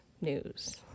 news